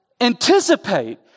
anticipate